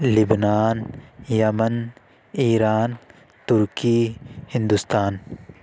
لبنان Yemen Iran Turkey Hindustan